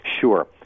Sure